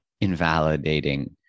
invalidating